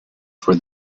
for